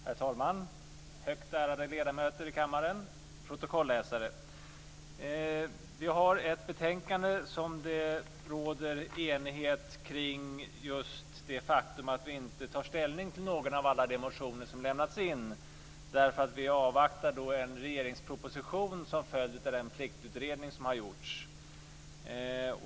Herr talman! Högt ärade ledamöter i kammaren! Protokollsläsare! Vi har ett betänkande där det råder enighet om just det faktum att vi inte tar ställning till alla de motioner som lämnats in därför att vi avvaktar en regeringsproposition till följd av den pliktutredning som har gjorts.